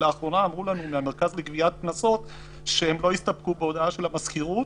לאחרונה אמרו לנו מהמרכז לגביית קנסות שהם לא יסתפקו בהודעה של המזכירות